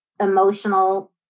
emotional